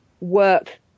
work